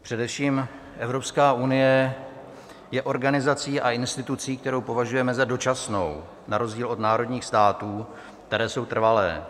Především Evropská unie je organizací a institucí, kterou považujeme za dočasnou na rozdíl od národních států, které jsou trvalé.